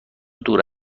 دور